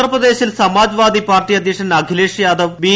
ഉത്തർപ്രദേശിൽ Samajwadi party അധ്യക്ഷൻ Akhilesh Yadav B